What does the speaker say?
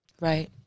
Right